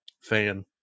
fan